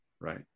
Right